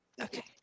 Okay